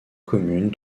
commune